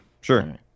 sure